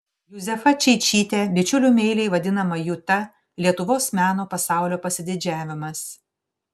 juzefa čeičytė bičiulių meiliai vadinama juta lietuvos meno pasaulio pasididžiavimas